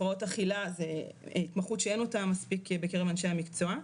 הפרעות אכילה זו התמחות שאין אותה מספיק בקרב אנשי המקצוע.